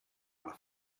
alla